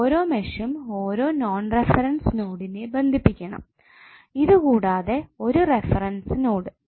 ഓരോ മെഷും ഓരോ നോൺ റഫറൻസ് നോടിനെ ബന്ധിപ്പിക്കണം ഇതുകൂടാതെ ഒരു റഫറൻസ് നോഡ്